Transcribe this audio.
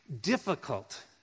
difficult